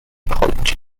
college